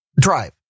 drive